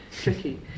tricky